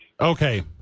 Okay